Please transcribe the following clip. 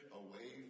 away